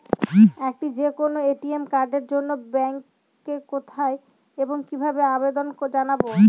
একটি যে কোনো এ.টি.এম কার্ডের জন্য ব্যাংকে কোথায় এবং কিভাবে আবেদন জানাব?